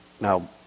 Now